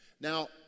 Now